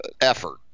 effort